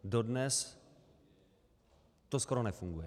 Dodnes to skoro nefunguje.